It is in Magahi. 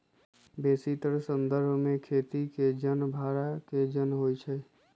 बेशीतर संदर्भ में खेती के जन भड़ा के जन होइ छइ